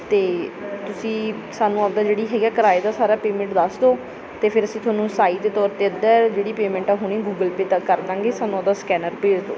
ਅਤੇ ਤੁਸੀਂ ਸਾਨੂੰ ਆਪਦਾ ਜਿਹੜੀ ਹੈਗੀ ਹੈ ਕਿਰਾਏ ਦਾ ਸਾਰਾ ਪੇਮੈਂਟ ਦੱਸ ਦਿਉ ਅਤੇ ਫੇਰ ਅਸੀਂ ਤੁਹਾਨੂੰ ਸਾਈ ਦੇ ਤੌਰ 'ਤੇ ਅੱਧਾ ਜਿਹੜੀ ਪੇਮੈਂਟ ਆ ਹੁਣੀ ਗੂਗਲ ਪੇਅ ਤਾਂ ਕਰ ਦਵਾਂਗੇ ਸਾਨੂੰ ਉਹਦਾ ਸਕੈਨਰ ਭੇਜ ਦਿਉ